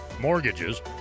mortgages